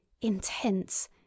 intense